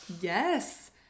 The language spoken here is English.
Yes